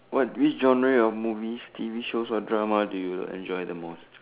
what which genre of movies T_V shows or drama do you enjoy the most